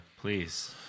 Please